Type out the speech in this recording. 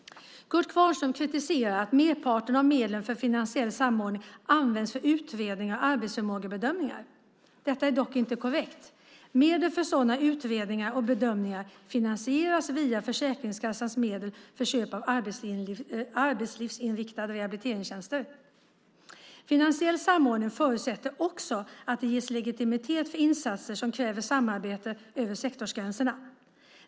Kurt Kvarnström kritiserar att merparten av medlen för finansiell samordning används för utredningar och arbetsförmågebedömningar. Detta är dock inte korrekt. Medel för sådana utredningar och bedömningar finansieras via Försäkringskassans medel för köp av arbetslivsinriktade rehabiliteringstjänster. Finansiell samordning förutsätter också att det ges legitimitet för insatser som kräver samarbete över sektorsgränserna.